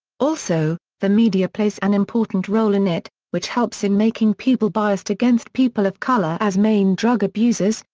also, the media plays an important role in it, which helps in making people biased against people of color as main drug abusers,